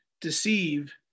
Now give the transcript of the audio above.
deceive